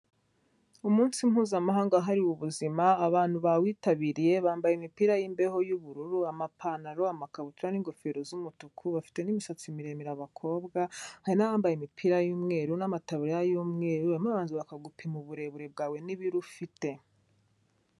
Umunsi mpuzamahanga wahariwe ubuzima abantu bawitabiriye bambaye imipira y'imbeho y'ubururu, amapantaro, amakabutura n'ingofero z'umutuku, bafite n'imisatsi miremire abakobwa, hari n'abambaye imipira y'umweru n'amataba y'umweru, barimo barabanza bakagupima uburebure bwawe n'ibiro ufite.